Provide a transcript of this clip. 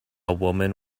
woman